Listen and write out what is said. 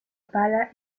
pala